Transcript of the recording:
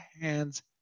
hands